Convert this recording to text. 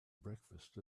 breakfast